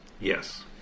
Yes